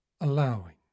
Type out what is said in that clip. Allowing